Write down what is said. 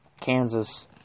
Kansas